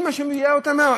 היא מה שמביאה אותם.